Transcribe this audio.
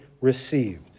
received